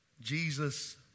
Jesus